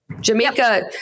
Jamaica